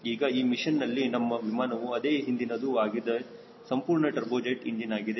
ಹೀಗೆ ಈ ಮಿಷನ್ನಲ್ಲಿ ನಮ್ಮ ವಿಮಾನವು ಅದೇ ಹಿಂದಿನದು ಆಗಿದೆ ಸಂಪೂರ್ಣ ಟರ್ಬೋಜೆಟ್ ಇಂಜಿನ್ ಆಗಿದೆ